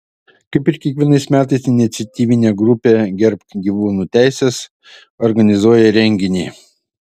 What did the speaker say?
kaip ir kiekvienais metais iniciatyvinė grupė gerbk gyvūnų teises organizuoja renginį